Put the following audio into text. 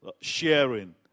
sharing